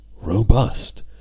robust